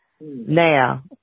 Now